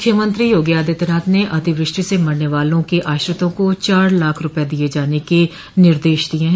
मुख्यमंत्री योगी आदित्यनाथ ने अतिवष्टि से मरने वालों के आश्रितों को चार लाख रूपये दिये जाने के निर्देश दिये है